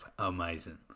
Amazing